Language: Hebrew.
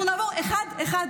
אנחנו נעבור אחד, אחד,